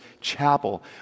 Chapel